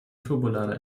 turbolader